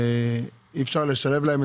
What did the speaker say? אי-אפשר לתת לפטור,